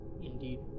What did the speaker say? Indeed